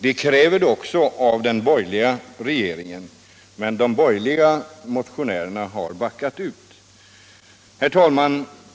Vi kräver det också av den borgerliga regeringen, men de borgerliga motionärerna har backat ur. Herr talman!